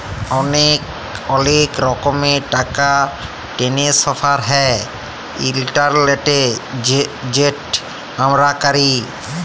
অলেক রকমের টাকা টেনেসফার হ্যয় ইলটারলেটে যেট আমরা ক্যরি